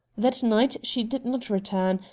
that night she did not return,